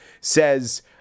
says